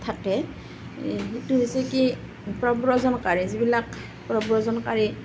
থাকে সেইটো হৈছে কি প্ৰব্ৰজনকাৰী যিবিলাক প্ৰব্ৰজনকাৰী